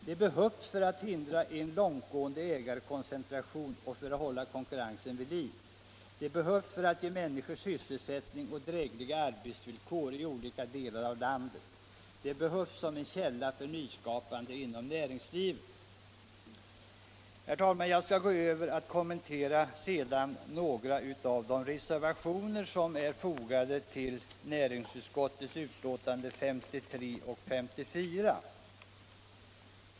De behövs för att hindra en långtgående ägarkoncentration och för att hålla konkurrensen vid liv. De behövs för att ge människor sysselsättning och drägliga arbetsvillkor i olika delar av landet. De behövs som en källa för nyskapande inom näringslivet. Herr talman! Jag skall övergå till att kommentera några av de reservationer som är fogade till näringsutskottets betänkanden 53 och 54.